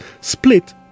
split